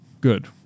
good